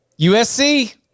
USC